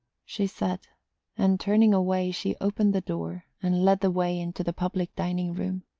she said and turning away she opened the door and led the way into the public dining-room.